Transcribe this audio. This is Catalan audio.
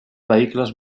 vehicles